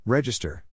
Register